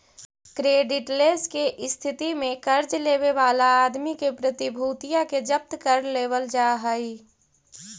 creditless के स्थिति में कर्ज लेवे वाला आदमी के प्रतिभूतिया के जब्त कर लेवल जा हई